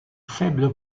faible